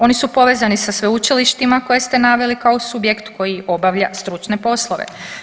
Oni su povezani sa sveučilištima koje ste naveli kao subjekt koji obavlja stručne poslove.